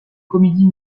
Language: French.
comédie